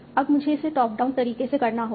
अब मुझे इसे टॉप डाउन तरीके से करना होगा